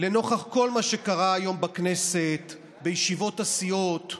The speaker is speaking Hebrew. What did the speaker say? לנוכח כל מה שקרה היום בכנסת, בישיבות הסיעות,